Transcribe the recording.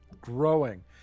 growing